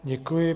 Děkuji.